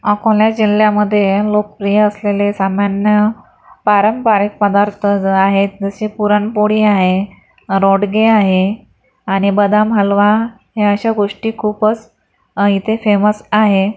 अकोला जिल्ह्यामध्ये लोकप्रिय असलेले सामान्य पारंपरिक पदार्थ ज आहे जसे पुरणपोळी आहे रोडगे आहे आणि बदाम हलवा हे अशा गोष्टी खूपच इथे फेमस आहे